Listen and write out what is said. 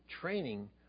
training